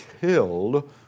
killed